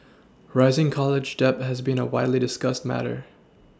rising college debt has been a widely discussed matter